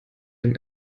dem